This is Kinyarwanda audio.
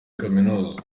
kaminuza